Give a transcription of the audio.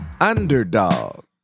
underdog